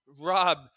Rob